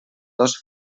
dos